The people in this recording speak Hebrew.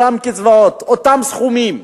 אותן קצבאות, אותם סכומים.